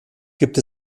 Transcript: gibt